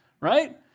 right